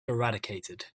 eradicated